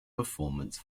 performance